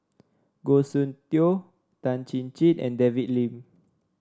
Goh Soon Tioe Tan Chin Chin and David Lim